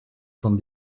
van